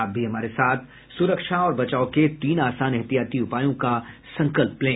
आप भी हमारे साथ सुरक्षा और बचाव के तीन आसान एहतियाती उपायों का संकल्प लें